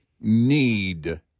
need